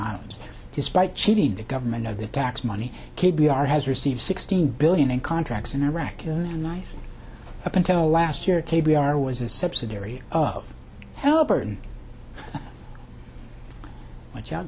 islands despite cheating the government of the tax money k b r has received sixteen billion in contracts in iraq nice up until last year k b r was a subsidiary of halliburton which